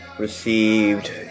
received